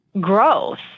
growth